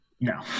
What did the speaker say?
No